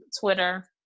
twitter